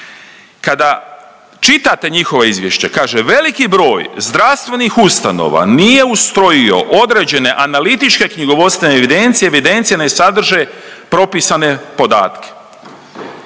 Kada čitate njihovo izvješće kaže veliki broj zdravstvenih ustanova nije ustrojio određene analitičke knjigovodstvene evidencije, evidencije ne sadrže propisane podatke.